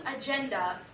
agenda